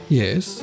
yes